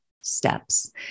steps